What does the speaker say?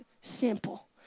simple